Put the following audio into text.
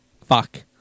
Fuck